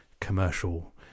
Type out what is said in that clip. commercial